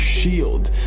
shield